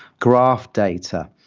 graph data,